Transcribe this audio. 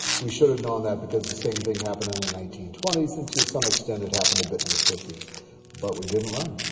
we should have known that because the same thing happened in the nineteen twenty s and to some extent it happened a bit in the fifty s but we didn't learn,